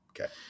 Okay